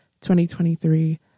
2023